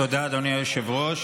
תודה, אדוני היושב-ראש.